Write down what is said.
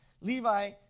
Levi